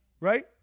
Right